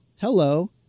hello